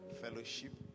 fellowship